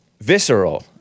visceral